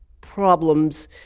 problems